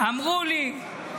אמרו לי.